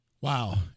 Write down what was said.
Wow